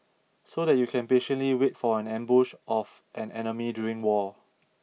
so that you can patiently wait for an ambush of an enemy during war